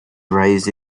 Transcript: raised